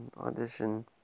audition